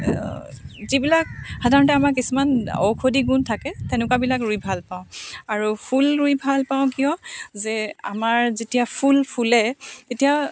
যিবিলাক সাধাৰণতে আমাৰ কিছুমান ঔষধি গুণ থাকে তেনেকুৱাবিলাক ৰুই ভাল পাওঁ আৰু ফুল ৰুই ভাল পাওঁ কিয় যে আমাৰ যেতিয়া ফুল ফুলে তেতিয়া